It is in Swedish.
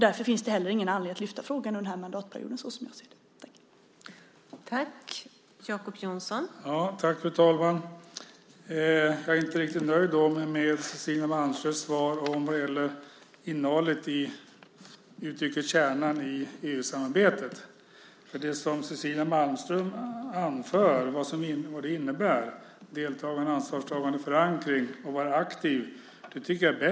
Därför finns det heller ingen anledning att lyfta upp frågan under den här mandatperioden, såsom jag ser det.